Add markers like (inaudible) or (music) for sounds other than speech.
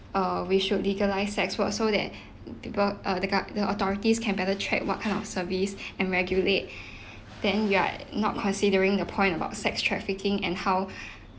err we should legalise sex work so that people err the gover~ the authorities can better check what kind of service and regulate then you are not considering the point about sex trafficking and how (breath)